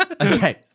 Okay